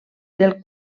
del